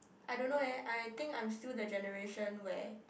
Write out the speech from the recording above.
I don't know eh I think I'm still the generation where